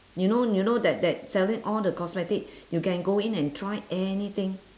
you know you know that that selling all the cosmetic you can go in and try anything